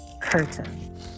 curtain